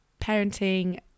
parenting